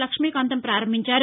లక్ష్మీకాంతం పారంభించారు